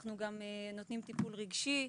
אנחנו גם נותנים טיפול רגשי,